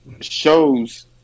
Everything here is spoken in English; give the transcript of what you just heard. shows